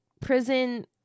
prison